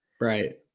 Right